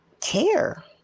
care